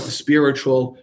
spiritual